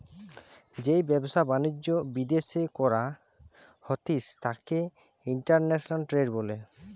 যেই ব্যবসা বাণিজ্য বিদ্যাশে করা হতিস তাকে ইন্টারন্যাশনাল ট্রেড বলে